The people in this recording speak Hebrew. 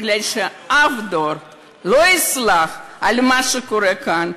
מפני שאף דור לא יסלח על מה שקורה כאן,